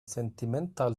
sentimental